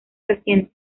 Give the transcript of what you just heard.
reciente